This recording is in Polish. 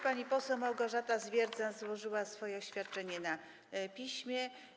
Pani poseł Małgorzata Zwiercan złożyła swoje oświadczenie na piśmie.